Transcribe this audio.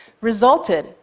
resulted